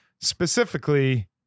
specifically